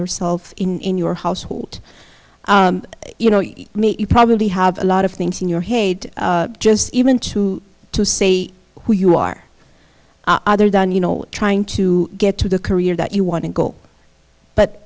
yourself in your household you know you probably have a lot of things in your head just even to to say who you are other than you know trying to get to the career that you want to go but